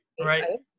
right